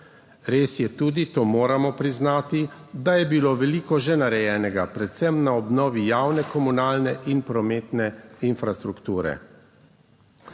Res je, tudi to moramo priznati, da je bilo veliko že narejenega, predvsem na obnovi javne komunalne in prometne infrastrukture.